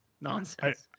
nonsense